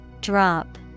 Drop